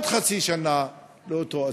ועוד חצי שנה לאותו אסיר?